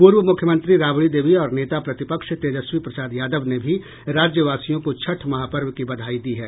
पूर्व मुख्यमंत्री राबड़ी देवी और नेता प्रतिपक्ष तेजस्वी प्रसाद यादव ने भी राज्यवासियों को छठ महापर्व की बधाई दी है